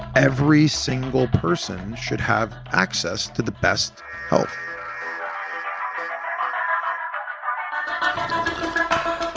every single person should have access to the best health um